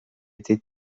été